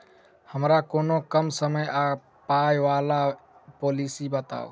हमरा कोनो कम समय आ पाई वला पोलिसी बताई?